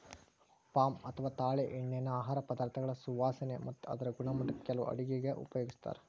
palm ಅಥವಾ ತಾಳೆಎಣ್ಣಿನಾ ಆಹಾರ ಪದಾರ್ಥಗಳ ಸುವಾಸನೆ ಮತ್ತ ಅದರ ಗುಣಮಟ್ಟಕ್ಕ ಕೆಲವು ಅಡುಗೆಗ ಉಪಯೋಗಿಸ್ತಾರ